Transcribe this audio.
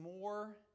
more